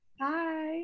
Hi